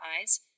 eyes